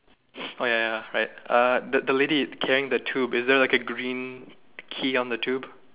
oh ya ya right uh the lady carrying the tube is there like a green key on the tube